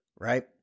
right